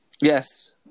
yes